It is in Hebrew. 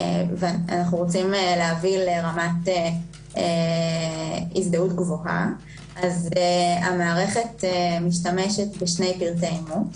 ואנחנו רוצים להביא לרמת הזדהות גבוהה המערכת משתמשת בשני פרטי אימות,